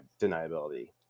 deniability